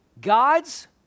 God's